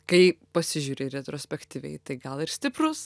kai pasižiūri retrospektyviai tai gal ir stiprus